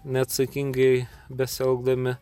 neatsakingai besielgdami